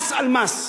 מס על מס.